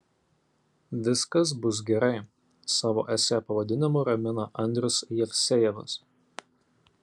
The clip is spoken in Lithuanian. viskas bus gerai savo esė pavadinimu ramina andrius jevsejevas